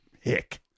hick